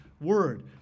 word